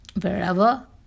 wherever